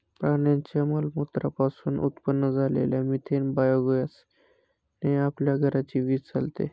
प्राण्यांच्या मलमूत्रा पासून उत्पन्न झालेल्या मिथेन बायोगॅस ने आपल्या घराची वीज चालते